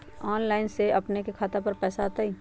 Online से अपने के खाता पर पैसा आ तई?